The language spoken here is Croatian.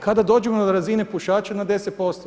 Kada dođemo do razine pušača na 10%